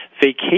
Vacation